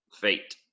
Fate